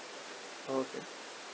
okay